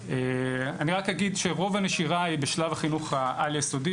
לפני כן אגיד שרוב הנשירה היא בשלב החינוך העל יסודי,